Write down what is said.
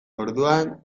orduan